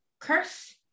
Curse